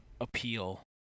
appeal